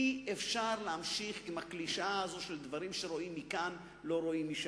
אי-אפשר להמשיך עם הקלישאה הזאת שדברים שרואים מכאן לא רואים משם.